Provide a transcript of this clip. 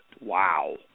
Wow